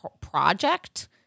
project